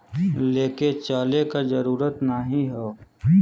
लेके चले क जरूरत नाहीं हौ